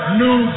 new